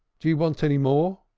do you want any more?